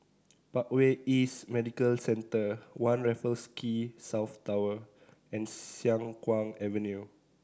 Parkway East Medical Centre One Raffles Quay South Tower and Siang Kuang Avenue